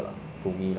oh